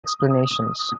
explanations